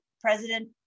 President